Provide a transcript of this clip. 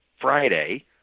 Friday